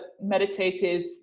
meditative